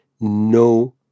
no